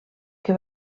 que